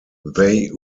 they